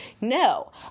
no